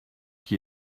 qui